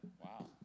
Wow